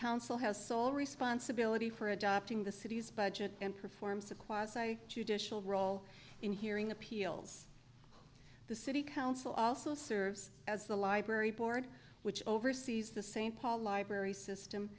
council has sole responsibility for adopting the city's budget and performs a quasi judicial role in hearing appeals the city council also serves as the library board which oversees the st paul library system